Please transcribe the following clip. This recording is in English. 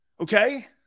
Okay